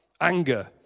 anger